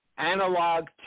Analog